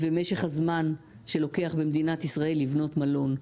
ומשך הזמן שלוקח במדינת ישראל לבנות מלון.